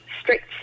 strict